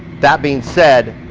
that being said,